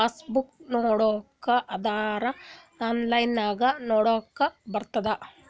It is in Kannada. ಪಾಸ್ ಬುಕ್ ನೋಡ್ಬೇಕ್ ಅಂದುರ್ ಆನ್ಲೈನ್ ನಾಗು ನೊಡ್ಲಾಕ್ ಬರ್ತುದ್